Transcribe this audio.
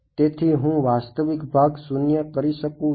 તેથી હું વાસ્તવિક ભાગ શૂન્ય કરી શકું છું